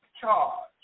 charge